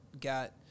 got